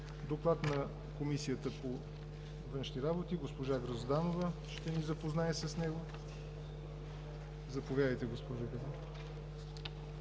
доклад на Комисията по външни работи. Госпожа Грозданова ще ни запознае с него. Заповядайте, госпожо Грозданова.